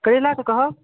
करैलाके कहऽ